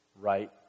right